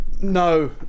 No